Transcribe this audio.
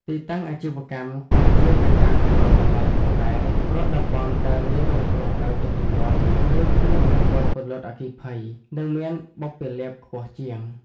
ទីតាំងអាជីវកម្ម ក៏ជាកត្តាកំណត់តម្លៃផងដែរ ព្រោះតំបន់ដែលងាយរងគ្រោះដោយទឹកជំនន់ ឬគ្មានប្រព័ន្ធពន្លត់អគ្គិភ័យ នឹងមានបុព្វលាភខ្ពស់ជាង។